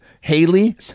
Haley